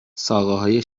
ساقههای